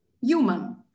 human